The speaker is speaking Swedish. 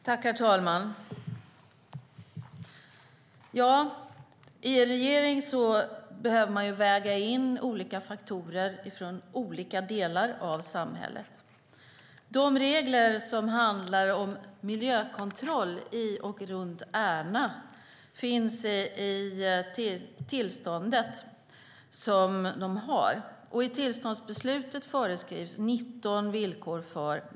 Herr talman! I en regering behöver man väga in faktorer från olika delar av samhället. Reglerna om miljökontroll i och runt Ärna finns i det tillstånd som givits. I tillståndsbeslutet föreskrivs 19 villkor.